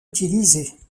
utilisés